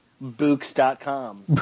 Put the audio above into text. Books.com